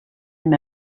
him